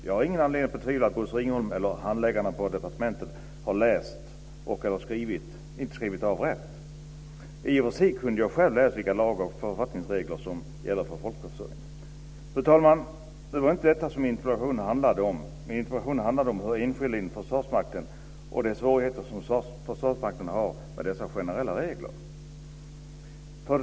Jag har ingen anledning att betvivla att Bosse Ringholm eller handläggarna på departementet inte har läst eller skrivit av rätt. I och för sig kunde jag själv ha läst vilka lag och författningsregler som gäller för folkbokföring. Fru talman! Det var inte detta som min interpellation handlade om. Min interpellation handlade om enskilda inom Försvarsmakten och de svårigheter som Försvarsmakten har med dessa generella regler.